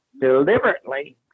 deliberately